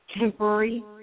temporary